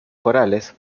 corales